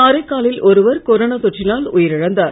காரைக்காலில் ஒருவர் கொரோனா தொற்றினால் உயிரிழந்தார்